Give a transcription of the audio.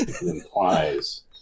implies